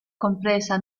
compresa